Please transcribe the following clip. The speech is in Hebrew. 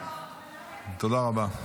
תודה רבה.